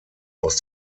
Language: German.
aus